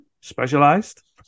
specialized